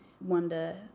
wonder